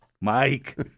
Mike